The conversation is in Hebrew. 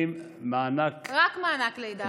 רק מענק לידה.